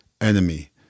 enemy